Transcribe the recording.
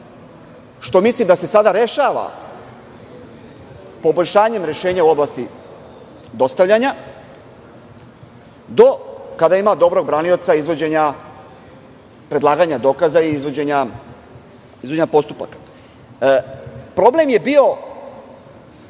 što mislim da se sada rešava poboljšanjem rešenja u oblasti dostavljanja, do kada ima dobrog branioca, predlaganja dokaza i izvođenja postupaka. Problem je bio